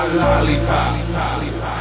lollipop